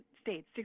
States